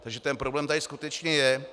Takže ten problém tady skutečně je.